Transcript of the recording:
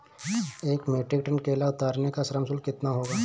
एक metric ton केला उतारने का श्रम शुल्क कितना होगा?